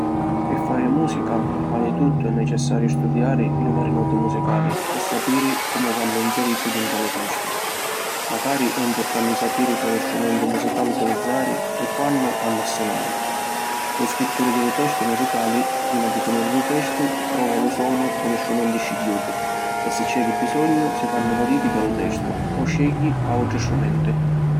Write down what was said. Pi fari musica prima di tuttu è necessariu studiari li vari noti musicali e sapiri comu vannu inseriti dintra di lu testu. Macari è mpurtanti sapiri quali strumenti musicali utilizzari e quannu hannu a sunari. Lu scritturi di lu testu musicali prima di finiri lu testu, prova lu sonu cu li strumenti scigghiuti e si c’è di bisognu si fannu modifichi a lu testu o scegghi autri strumenti.